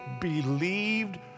believed